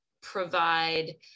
provide